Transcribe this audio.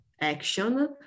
action